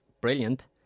brilliant